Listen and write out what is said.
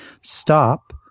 stop